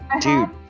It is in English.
dude